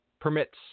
permits